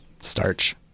starch